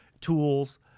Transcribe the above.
tools